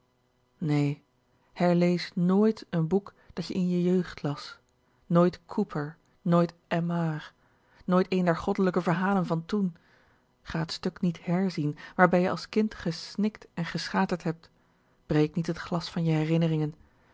nee hèrlees nit n boek dat je in je jéugd las nooit cooper nooit aimard nooit een der goddelijke verhalen van toèn ga t stuk niet hèr zien waarbij je als kind gesnikt en geschaterd hebt breek niet t glas van je herinneringen